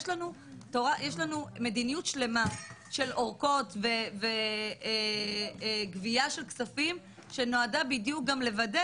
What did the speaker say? יש לנו מדיניות שלמה של ארכות וגבייה של כספים שנועדה בדיוק גם לוודא